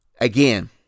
again